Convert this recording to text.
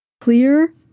Clear